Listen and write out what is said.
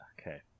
Okay